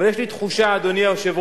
אבל יש לי תחושה, אדוני היושב-ראש,